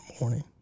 morning